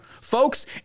Folks